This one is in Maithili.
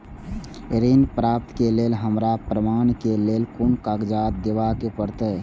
ऋण प्राप्त के लेल हमरा प्रमाण के लेल कुन कागजात दिखाबे के परते?